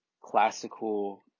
classical